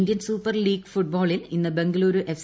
Indian super league ഫുട്ബോളിൽ ് ഇന്ന് ബംഗളൂരു എഫ്